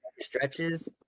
stretches